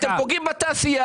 אתם פוגעים בתעשייה,